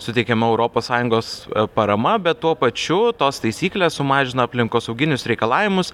suteikiama europos sąjungos parama bet tuo pačiu tos taisyklės sumažina aplinkosauginius reikalavimus